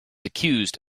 accused